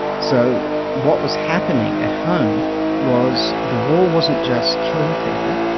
so what was happening at home was the war wasn't just killing people,